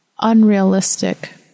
unrealistic